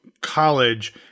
college